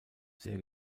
sehr